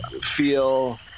feel